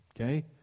okay